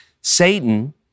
Satan